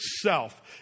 self